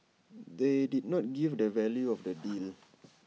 they did not give the value of the deal